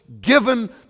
given